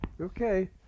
okay